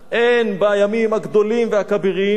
הן בימים הגדולים והכבירים,